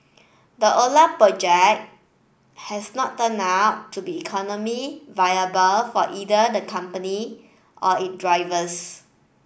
the Ola project has not turned out to be economic viable for either the company or its drivers